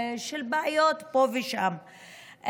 בעיות פה ושם,